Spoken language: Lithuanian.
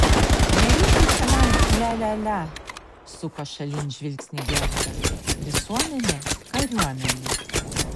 nereikia čia man lia lia lia suko šalin žvilgsnį gerda visuomenė kariuomenė